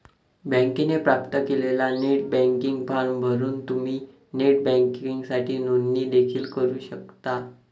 बँकेने प्राप्त केलेला नेट बँकिंग फॉर्म भरून तुम्ही नेट बँकिंगसाठी नोंदणी देखील करू शकता